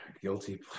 Guilty